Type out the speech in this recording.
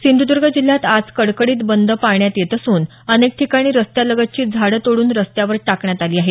सिंधुदर्ग जिल्ह्यात आज कडकडीत बंद पाळण्यात येत असून अनेक ठिकाणी रस्त्यालगतची झाडं तोडून रस्त्यावर टाकण्यात आली आहेत